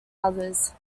others